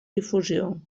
difusió